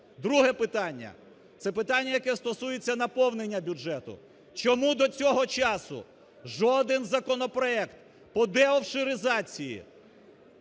Друге питання. Це питання, яке стосується наповнення бюджету. Чому до цього часу жоден законопроект по деофшоризації,